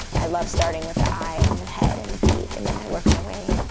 i love starting with the eye and the head and the beak and then i work my way